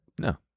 No